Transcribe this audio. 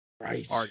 Right